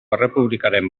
errepublikaren